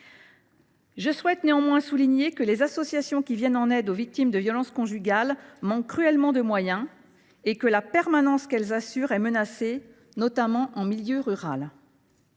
Je souhaite néanmoins souligner que les associations qui viennent en aide aux victimes de violences conjugales manquent cruellement de moyens et que la permanence qu’elles assurent est menacée, notamment en milieu rural.